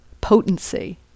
potency